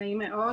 נעים מאוד,